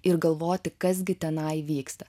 ir galvoti kas gi tenai vyksta